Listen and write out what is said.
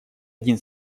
один